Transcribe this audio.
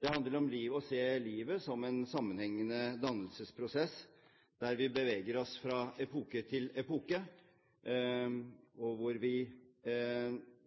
Det handler om å se livet som en sammenhengende dannelsesprosess, der vi beveger oss fra epoke til epoke, og hvor vi